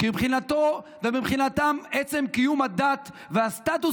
כי מבחינתו ומבחינתם עצם קיום הדת והסטטוס